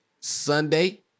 Sunday